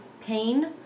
pain